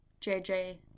JJ